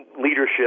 leadership